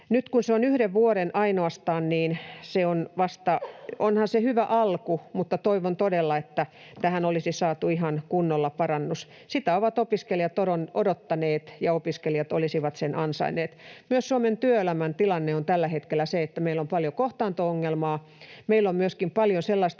Nyt kun se on yhden vuoden ainoastaan, niin onhan se hyvä alku, mutta toivon todella, että tähän olisi saatu ihan kunnolla parannus. Sitä ovat opiskelijat odottaneet, ja opiskelijat olisivat sen ansainneet. Myös Suomen työelämän tilanne on tällä hetkellä se, että meillä on paljon kohtaanto- ongelmaa, meillä on myöskin paljon sellaista